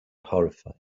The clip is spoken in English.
horrified